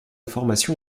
formation